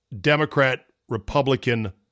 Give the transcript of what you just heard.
Democrat-Republican